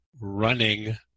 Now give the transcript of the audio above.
running